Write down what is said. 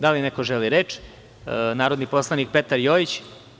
Da li neko želi reč? (Da) Reč ima narodni poslanik Petar Jojić.